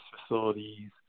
facilities